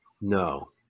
No